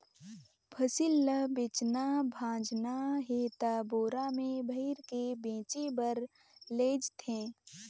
फसिल ल बेचना भाजना हे त बोरा में भइर के बेचें बर लेइज थें